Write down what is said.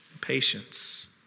patience